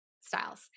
styles